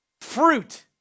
fruit